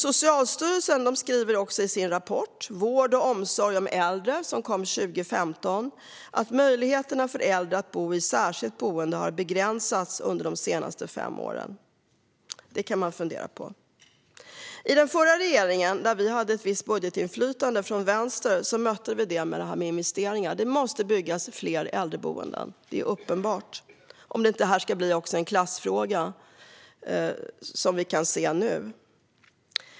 Socialstyrelsen skriver i sin rapport Vård och omsorg om äldre , som kom 2015, att möjligheterna för äldre att bo i särskilt boende har begränsats under de senaste fem åren. Det kan man fundera på. Den förra regeringen, där vi hade ett visst budgetinflytande från vänster, mötte detta med investeringar. Det måste byggas fler äldreboenden - det är uppenbart - om detta inte ska bli en klassfråga som vi nu kan se.